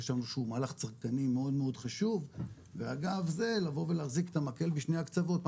חשבנו שהוא מהלך צרכני מאוד חשוב ואגב זה להחזיק את המקל בשני הקצוות,